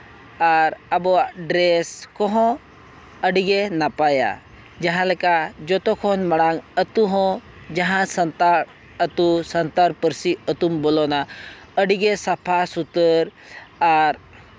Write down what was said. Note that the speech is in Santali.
ᱟᱨ ᱟᱵᱚᱣᱟᱜ ᱰᱨᱮᱥ ᱠᱚᱦᱚᱸ ᱟᱹᱰᱤᱜᱮ ᱱᱟᱯᱟᱭᱟ ᱡᱟᱦᱟᱸᱞᱮᱠᱟ ᱡᱚᱛᱚ ᱠᱷᱚᱱ ᱢᱟᱲᱟᱝ ᱟᱹᱛᱩ ᱦᱚᱸ ᱡᱟᱦᱟᱸ ᱥᱟᱱᱛᱟᱲ ᱟᱹᱛᱩ ᱥᱟᱱᱛᱟᱲ ᱯᱟᱹᱨᱥᱤ ᱟᱹᱛᱩᱢ ᱵᱚᱞᱚᱱᱟ ᱟᱹᱰᱤᱜᱮ ᱥᱟᱯᱷᱟ ᱥᱩᱛᱟᱹᱨ ᱟᱨ